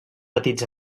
petits